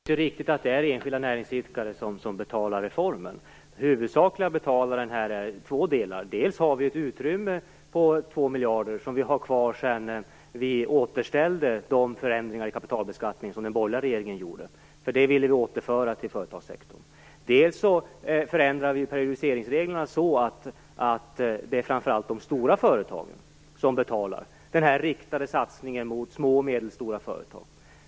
Fru talman! Det är inte riktigt att enskilda näringsidkare betalar reformen. När det gäller huvudsaklig betalare har vi två delar. Dels har vi ett utrymme om 2 miljarder kronor som vi har kvar sedan vi återställde de förändringar i kapitalbeskattningen som den borgerliga regeringen gjorde - det ville vi återföra till företagssektorn - dels förändrar vi periodiseringsreglerna så att det blir framför allt de stora företagen som betalar den riktade satsningen mot små och medelstora företag.